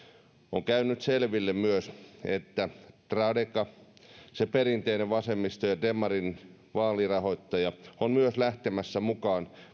on käynyt selville myös että tradeka se perinteinen vasemmiston ja demarien vaalirahoittaja on myös lähtemässä mukaan